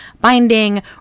binding